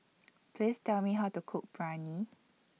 Please Tell Me How to Cook Biryani